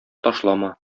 ташлама